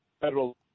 Federal